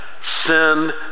sin